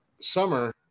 Summer